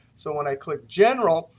so when i click general,